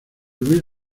luis